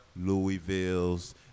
Louisville's